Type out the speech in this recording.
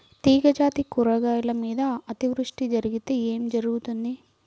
తీగజాతి కూరగాయల మీద అతివృష్టి జరిగితే ఏమి జరుగుతుంది?